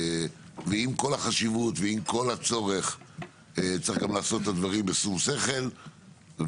ועם כל החשיבות ועם כל הצורך צריך גם לעשות את הדברים בשום שכל ואנחנו